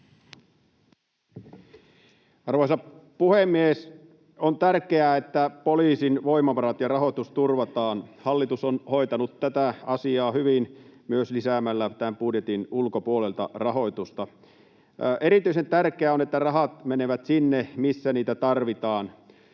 Arvoisa puhemies! On tärkeää, että poliisin voimavarat ja rahoitus turvataan. Hallitus on hoitanut tätä asiaa hyvin myös lisäämällä tämän budjetin ulkopuolelta rahoitusta. Erityisen tärkeää on, että rahat menevät sinne, missä niitä tarvitaan.